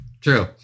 True